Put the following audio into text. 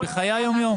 בחיי היום יום.